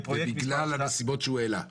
בגלל הנסיבות שהוא העלה.